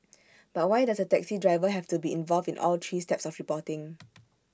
but why does the taxi driver have to be involved in all three steps of reporting